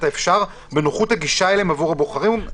האפשר בנוחות הגישה אליהם עבור הבוחרים.